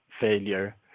failure